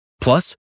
Plus